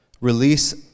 release